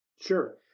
Sure